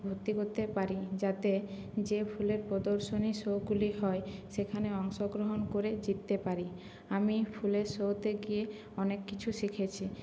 ভর্তি করতে পারি যাতে যে ফুলের প্রদর্শনে শোগুলি হয় সেখানে অংশগ্রহণ করে জিততে পারি আমি ফুলের শোতে গিয়ে অনেক কিছু শিখেছি